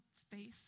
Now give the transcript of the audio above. space